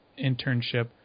internship